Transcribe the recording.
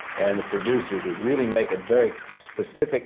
and the producer, to really make a very specific